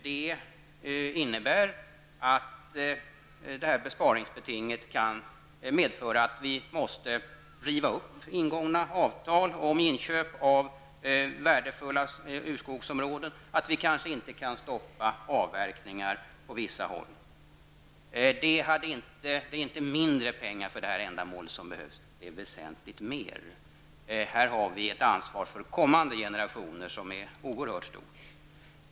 Det innebär att detta besparingsbeting kan medföra att vi måste riva upp ingångna avtal om inköp av värdefulla urskogsområden och att vi kanske inte kan stoppa avverkningar på vissa håll. Det är inte besparingar som behövs på detta område, utan det behövs väsentligt mer pengar. Vi har här ett ansvar för kommande generationer som är oerhört stort.